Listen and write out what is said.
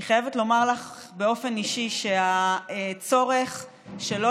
אני חייבת לומר לך באופן אישי שהצורך שלא